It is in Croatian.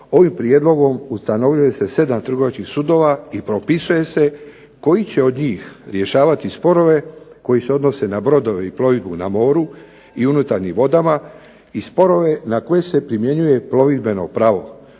ovim prijedlogom ustanovljuje se sedam trgovačkih sudova i propisuje se koji će od njih rješavati sporove koji se odnose na brodove i plovidbu na moru i unutarnjim vodama i sporove na koje se primjenjuje plovidbeno pravo